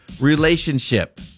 relationship